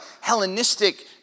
Hellenistic